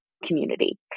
community